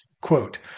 Quote